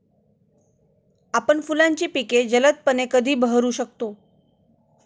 आपण फुलांची पिके जलदपणे कधी बहरू शकतो?